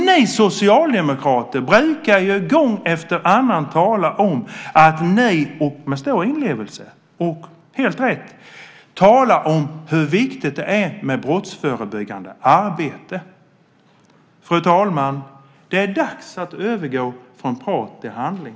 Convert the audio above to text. Ni socialdemokrater brukar ju med stor inlevelse och helt rätt gång efter annan tala om hur viktigt det är med brottsförebyggande arbete. Fru talman! Det är dags att övergå från prat till handling.